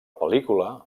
pel·lícula